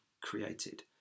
created